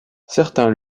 certains